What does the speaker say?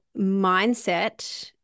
mindset